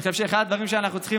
אני חושב שאחד הדברים שאנחנו צריכים